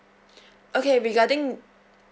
okay regarding